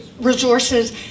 resources